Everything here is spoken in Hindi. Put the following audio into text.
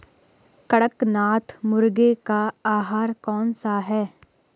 कड़कनाथ मुर्गे का आहार कौन सा है?